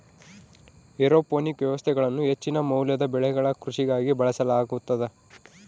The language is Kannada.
ಏರೋಪೋನಿಕ್ ವ್ಯವಸ್ಥೆಗಳನ್ನು ಹೆಚ್ಚಿನ ಮೌಲ್ಯದ ಬೆಳೆಗಳ ಕೃಷಿಗಾಗಿ ಬಳಸಲಾಗುತದ